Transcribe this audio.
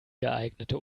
geeignete